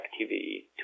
activity